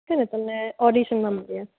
છેને તમને ઓડિશનમાં મળીએ